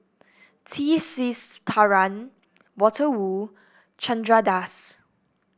T Sasitharan Walter Woon Chandra Das